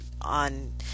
on